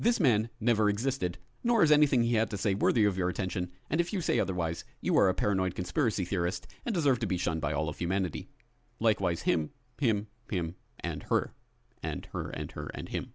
this man never existed nor is anything he had to say worthy of your attention and if you say otherwise you are a paranoid conspiracy theorist and deserve to be shunned by all of humanity likewise him him him and her and her and her and him